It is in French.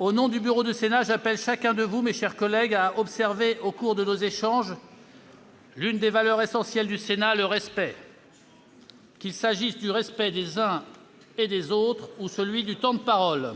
Au nom du bureau du Sénat, j'appelle chacun de vous, mes chers collègues, à observer, au cours de nos échanges, l'une des valeurs essentielles du Sénat : le respect des uns et des autres et celui du temps de parole.